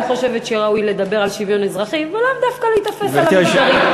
אני חושבת שראוי לדבר על שוויון אזרחי ולאו דווקא להיתפס למגזרי.